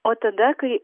o tada kai